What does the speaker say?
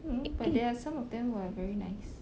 no no but there are some of them who are very nice